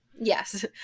yes